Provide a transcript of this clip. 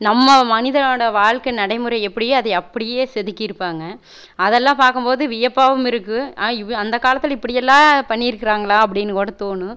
நம்ம மனிதனோட வாழ்க்கை நடைமுறை எப்படியோ அதை அப்படியே செதுக்கியிருப்பாங்க அதெல்லாம் பார்க்கம்போது வியப்பாகவும் இருக்குது அந்த காலத்தில் இப்படியெல்லாம் பண்ணியிருக்கிறாங்களா அப்படின்னு கூட தோணும்